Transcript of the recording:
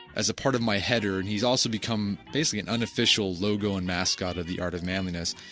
as a part of my header and he's also become basically an unofficial logo and mascot of the art of manliness.